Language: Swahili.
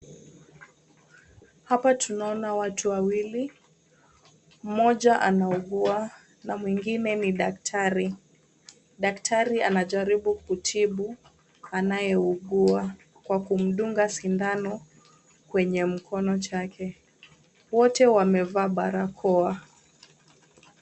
Hapa tunaona watu wawili: mmoja anaugua, na mwingine ni daktari. Daktari anajaribu kutibu anayeugua kwa kumdunga sindano kwenye mkono chake. Wote wamevaa barakoa.